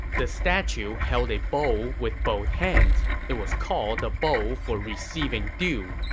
this statue held a bowl with both hands. it was called the bowl for receiving dew.